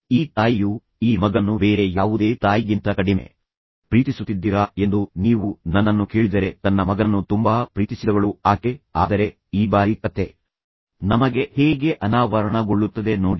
ಈ ತಾಯಿಯು ಈ ಮಗನನ್ನು ಬೇರೆ ಯಾವುದೇ ತಾಯಿಗಿಂತ ಕಡಿಮೆ ಪ್ರೀತಿಸುತ್ತಿದ್ದೀರಾ ಎಂದು ನೀವು ನನ್ನನ್ನು ಕೇಳಿದರೆ ತನ್ನ ಮಗನನ್ನು ತುಂಬಾ ಪ್ರೀತಿಸಿದವಳು ಆಕೆ ಆದರೆ ಈ ಬಾರಿ ಕಥೆ ನಮಗೆ ಹೇಗೆ ಅನಾವರಣಗೊಳ್ಳುತ್ತದೆ ನೋಡಿ